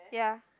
ya